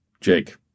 Jake